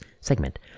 segment